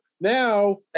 now